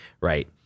right